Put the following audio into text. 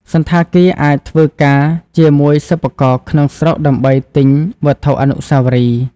សណ្ឋាគារអាចធ្វើការជាមួយសិប្បករក្នុងស្រុកដើម្បីទិញវត្ថុអនុស្សាវរីយ៍។